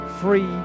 free